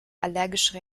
allergische